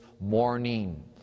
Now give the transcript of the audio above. morning